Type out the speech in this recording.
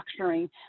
structuring